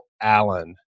Allen